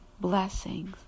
blessings